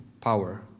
power